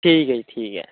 ਠੀਕ ਹੈ ਜੀ ਠੀਕ ਹੈ